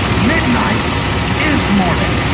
midnight is morning.